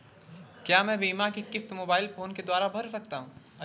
क्या मैं बीमा की किश्त मोबाइल फोन के द्वारा भर सकता हूं?